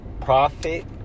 profit